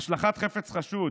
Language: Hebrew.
השלכת חפץ חשוד,